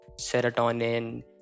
serotonin